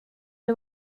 det